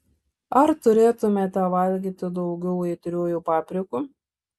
ar turėtumėte valgyti daugiau aitriųjų paprikų